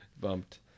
bumped